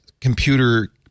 computer